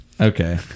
Okay